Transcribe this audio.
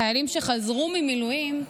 חיילים שחזרו ממילואים,